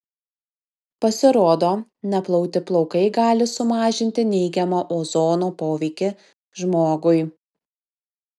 pasirodo neplauti plaukai gali sumažinti neigiamą ozono poveikį žmogui